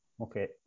Okay